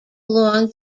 along